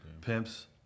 Pimps